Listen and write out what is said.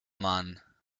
mann